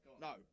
no